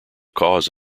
cause